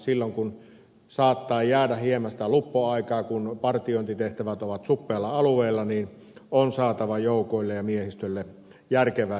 silloin kun saattaa jäädä hieman sitä luppoaikaa kun partiointitehtävät ovat suppealla alueella on saatava joukoille ja miehistölle järkevää tekemistä